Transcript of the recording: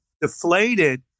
deflated